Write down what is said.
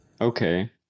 okay